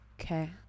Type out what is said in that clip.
Okay